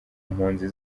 mpunzi